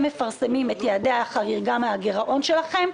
מפרסמים את יעדי החריגה מהגרעון שלכם,